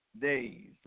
days